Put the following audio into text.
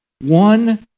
One